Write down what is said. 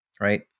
right